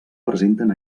presenten